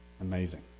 Amazing